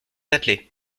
attelée